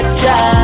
try